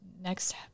next